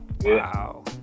wow